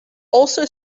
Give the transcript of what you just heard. also